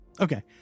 Okay